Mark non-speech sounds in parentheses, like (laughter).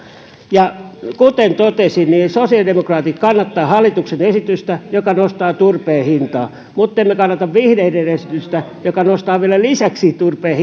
kuten totesin sosiaalidemokraatit kannattavat hallituksen esitystä joka nostaa turpeen hintaa muttemme kannata vihreiden esitystä joka nostaa vielä lisäksi turpeen (unintelligible)